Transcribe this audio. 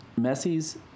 Messi's